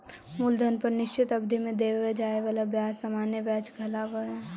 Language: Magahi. मूलधन पर निश्चित अवधि में देवे जाए वाला ब्याज सामान्य व्याज कहलावऽ हई